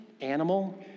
Animal